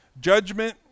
Judgment